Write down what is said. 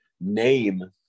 name